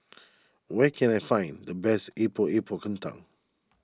where can I find the best Epok Epok Kentang